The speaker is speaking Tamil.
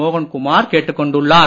மோகன்குமார் கேட்டுக்கொண்டுள்ளார்